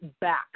back